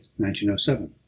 1907